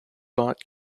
bought